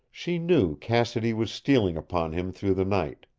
she knew cassidy was stealing upon him through the night.